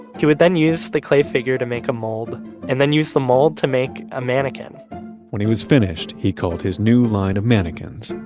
he would then use the clay figure to make a mold and then use the mold to make a mannequin when he was finished, he called his new line of mannequins,